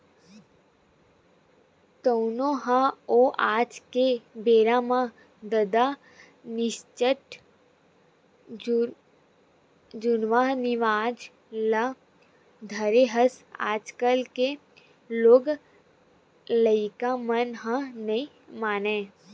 तँहू ह ओ आज के बेरा म ददा निच्चट जुन्नाहा रिवाज ल धरे हस आजकल के लोग लइका मन ह नइ मानय